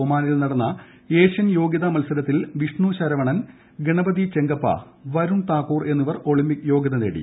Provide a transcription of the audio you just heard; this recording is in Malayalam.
ഒമാനിൽ നടന്ന എഷ്യൻ യോഗ്യത മത്സരത്തിൽ വിഷ്ണു ശരവണൻ ഗണപതി ചെങ്കപ്പ വരുൺ താക്കൂർ എന്നിവർ ഒളിമ്പിക്സ് യോഗൃത നേടി